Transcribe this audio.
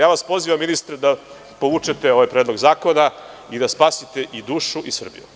Pozivam vas, ministre, da povučete ovaj Predlog zakona i da spasite i dušu i Srbiju.